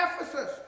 Ephesus